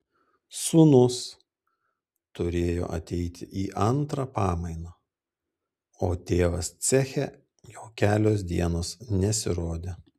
sūnus turėjo ateiti į antrą pamainą o tėvas ceche jau kelios dienos nesirodė